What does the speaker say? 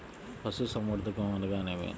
పశుసంవర్ధకం అనగా ఏమి?